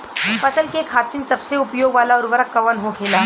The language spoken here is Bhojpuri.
फसल के खातिन सबसे उपयोग वाला उर्वरक कवन होखेला?